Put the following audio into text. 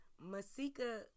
Masika